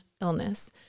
illness